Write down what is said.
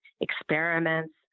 experiments